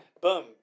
boom